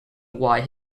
why